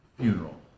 funeral